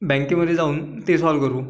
बँकेमध्ये जाऊन ते सॉल्व्ह करू